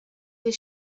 they